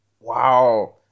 wow